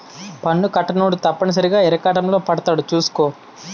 పన్ను కట్టనోడు తప్పనిసరిగా ఇరకాటంలో పడతాడు సూసుకో